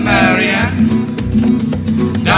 Marianne